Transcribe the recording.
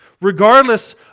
regardless